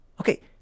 okay